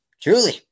Truly